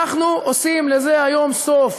אנחנו עושים לזה היום סוף,